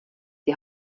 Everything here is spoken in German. die